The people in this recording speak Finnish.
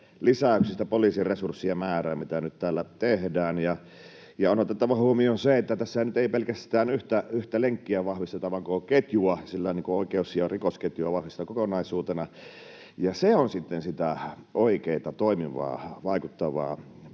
lisäyksistä poliisin resurssien määrään, mitä nyt täällä tehdään. Ja on otettava huomioon se, että tässä nyt ei pelkästään yhtä lenkkiä vahvisteta vaan koko ketjua, sillä oikeus- ja rikosketjua vahvistetaan kokonaisuutena, ja se on sitten sitä oikeaa toimivaa, vaikuttavaa